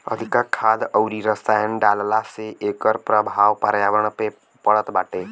अधिका खाद अउरी रसायन डालला से एकर प्रभाव पर्यावरण पे पड़त बाटे